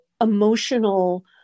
emotional